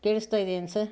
ಕೇಳಿಸ್ತಾಯಿದೆಯೇನು sir